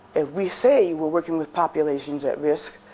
if we say we're working with populations at risk,